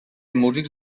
músics